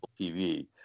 TV